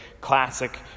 classic